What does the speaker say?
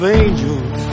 angels